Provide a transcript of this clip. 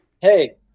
hey